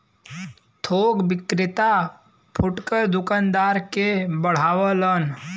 थोक विक्रेता फुटकर दूकानदार के बढ़ावलन